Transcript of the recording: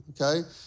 okay